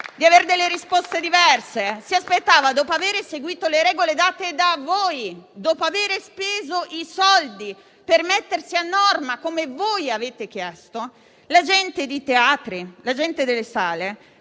di avere delle risposte diverse. Dopo avere seguito le regole date da voi, dopo avere speso i soldi per mettersi a norma, come voi avete chiesto, la gente dei teatri e delle sale